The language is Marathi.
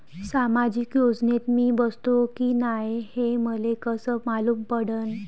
सामाजिक योजनेत मी बसतो की नाय हे मले कस मालूम पडन?